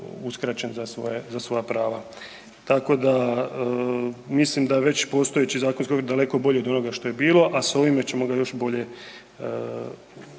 svoje, za svoja prava. Tako da mislim da je već postojeći zakonski okvir daleko bolji od onoga što je bilo, a s ovime ćemo ga još bolje